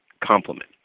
complement